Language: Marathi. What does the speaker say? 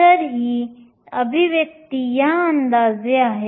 तर ही अभिव्यक्ती या अंदाजे आहे